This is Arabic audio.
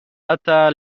أتى